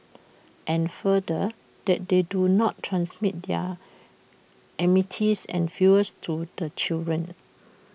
and further that they do not transmit their enmities and feuds to the children